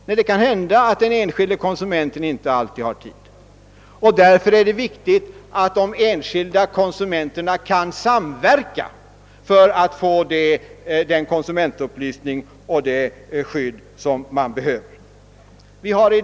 Nej, det kan hända att den enskilde konsumenten inte har tid till det, och därför är det viktigt att xonsumenterna kan samverka för att istadkomma den konsumentupplysning ;ch det skydd som de behöver. Vi har .